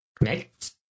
Next